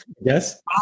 Yes